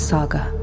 Saga